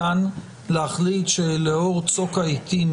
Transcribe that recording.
לא היה ניתן להחליט שלאור צוק העיתים